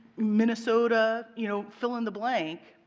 minnesota, you know, fill in the blank.